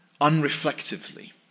unreflectively